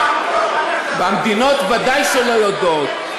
המדינות ודאי שלא יודעות.